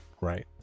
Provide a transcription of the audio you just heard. Right